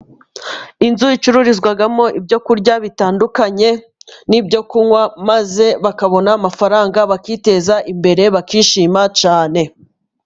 Inzu icururizwamo ibyo kurya bitandukanye n'ibyo kunywa maze bakabona amafaranga bakiteza imbere bakishima cyane.